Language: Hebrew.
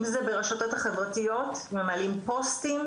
אם זה ברשתות החברתיות והם מעלים פוסטים,